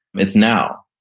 it's now.